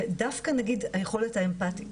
דווקא נגיד היכולת האמפתית,